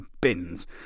bins